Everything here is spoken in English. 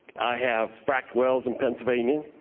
i have fracked wells in pennsylvania,